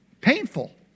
Painful